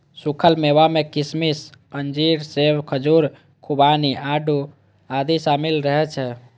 सूखल मेवा मे किशमिश, अंजीर, सेब, खजूर, खुबानी, आड़ू आदि शामिल रहै छै